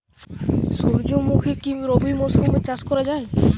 সুর্যমুখী কি রবি মরশুমে চাষ করা যায়?